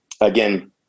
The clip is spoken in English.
again